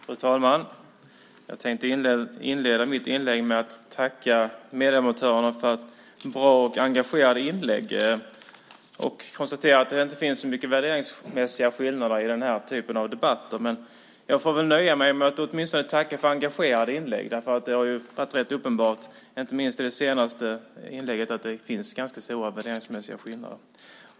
Fru talman! Jag tänkte inleda mitt inlägg med att tacka meddebattörerna för bra och engagerade inlägg. Jag konstaterar att det inte finns så mycket värderingsmässiga skillnader i den här typen av debatter, men jag får väl nöja mig med att åtminstone tacka för engagerade inlägg. Det har ju varit rätt uppenbart, inte minst i det senaste inlägget, att det finns ganska stora värderingsmässiga skillnader.